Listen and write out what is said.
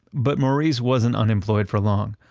but maurice wasn't unemployed for long.